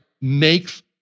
makes